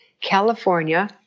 California